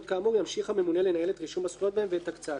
ימשיך הממונה לנהל את רישום הזכויות בהם ואת הקצאתם.